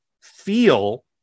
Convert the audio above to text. feel